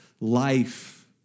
life